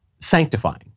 sanctifying